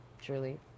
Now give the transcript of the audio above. truly